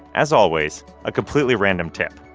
as always, a completely random tip,